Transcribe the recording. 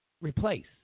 Replace